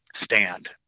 stand